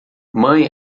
mãe